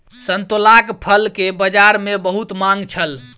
संतोलाक फल के बजार में बहुत मांग छल